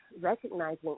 recognizing